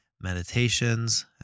meditations